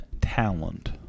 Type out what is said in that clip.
talent